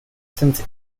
since